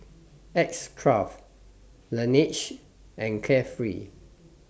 X Craft Laneige and Carefree